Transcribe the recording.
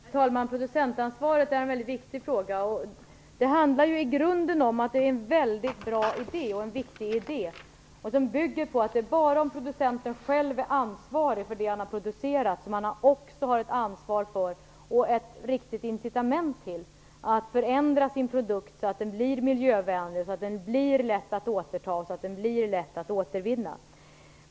Herr talman! Producentansvaret är en mycket viktig fråga. Det handlar i grunden om att det är en väldigt bra och viktig idé. Den bygger på att det bara är om producenten själv är ansvarig för det han har producerat som han också har ett ansvar för och ett riktigt incitament till att förändra sin produkt så att den blir miljövänlig, lätt att återta och lätt att återvinna.